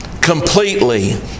completely